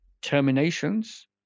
terminations